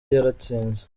yaratsinze